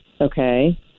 okay